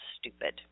stupid